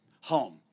home